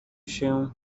się